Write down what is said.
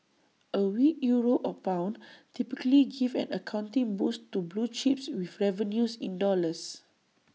A weak euro or pound typically give an accounting boost to blue chips with revenues in dollars